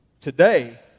Today